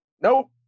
Nope